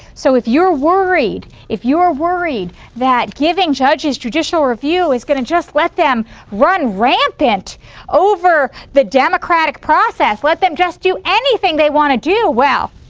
so if you're worried if you're worried that giving judges judicial review is going to just let them run rampant over the democratic process, let them just do anything they want to do. well,